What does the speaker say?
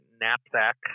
knapsack